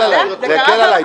אולי את זוכרת -- זה יקל עליי,